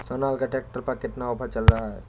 Sonalika tractor पर कितना offer चल रहा है?